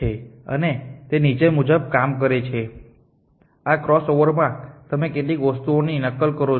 અને તે નીચે મુજબ કામ કરે છે કે આ ક્રોસઓવરમાં તમે કેટલીક વસ્તુઓની નકલ કરો